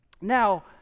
Now